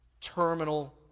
Terminal